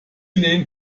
lehnt